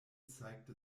zeigte